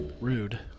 rude